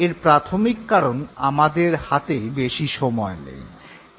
এর প্রাথমিক কারন আমাদের হাতে বেশি সময় নেই এটি মাত্র ১০ ঘন্টার কোর্স